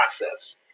process